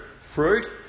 fruit